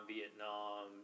Vietnam